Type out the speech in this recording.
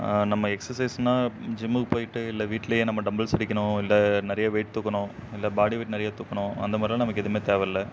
நம்ம எக்ஸர்சைஸ்னால் ஜிம்முக்கு போய்ட்டு இல்லை வீட்டிலையே நம்ம டம்பிள்ஸ் அடிக்கணும் இல்லை நிறைய வெயிட் தூக்கணும் இல்லை பாடி வெயிட் நிறைய தூக்கணும் அந்த மாதிரிலாம் நமக்கு எதுவுமே தேவயில்ல